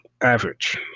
Average